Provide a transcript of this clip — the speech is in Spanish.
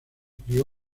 crio